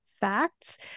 facts